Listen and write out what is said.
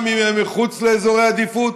גם אם הם מחוץ לאזורי עדיפות,